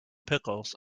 pickles